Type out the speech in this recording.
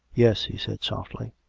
yes, he said softly.